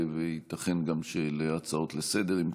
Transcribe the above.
וייתכן שגם להצעות לסדר-היום,